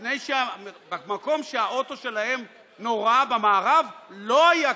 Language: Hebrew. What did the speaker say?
כי במקום שבו האוטו שלהם נורה לא היה קשר,